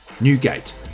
Newgate